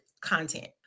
content